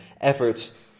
efforts